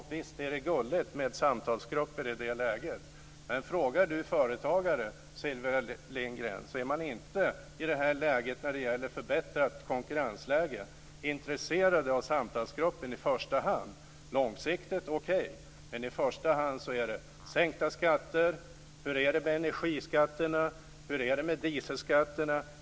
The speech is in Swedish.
Visst är det gulligt med samtalsgrupper. Men om Sylvia Lindgren frågar företagare får hon veta att de i det här läget, när det gäller ett förbättrat konkurrensläge, inte i första hand är intresserade av samtalsgrupper. Långsiktigt är det okej, men i första hand handlar det om sänkta skatter. Hur är det med energiskatterna? Hur är det med dieselskatterna?